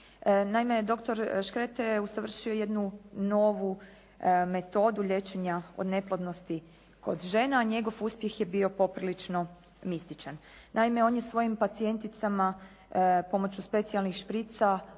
Naime doktor Škreta je usavršio jednu novu metodu liječenja od neplodnosti kod žena, a njegov uspjeh je bio poprilično mističan. Naime on je svojim pacijenticama pomoću specijalnih šprica